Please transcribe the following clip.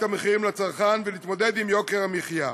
את המחירים לצרכן ולהתמודד עם יוקר המחיה.